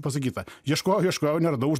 pasakyta ieškojau ieškojau ir neradau